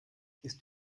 ist